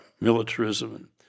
militarism